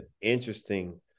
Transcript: interesting